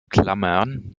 klammern